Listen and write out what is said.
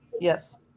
Yes